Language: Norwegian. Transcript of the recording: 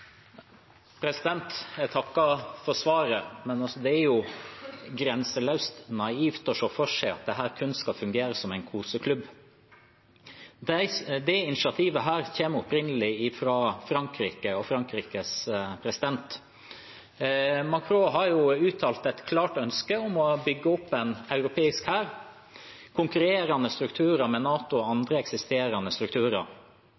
Jeg takker for svaret. Det er grenseløst naivt å se for seg at dette kun skal fungere som en koseklubb. Dette initiativet kommer opprinnelig fra Frankrike og Frankrikes president. Macron har uttalt et klart ønske om å bygge opp en europeisk hær – konkurrerende strukturer med NATO og